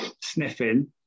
sniffing